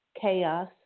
chaos